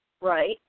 Right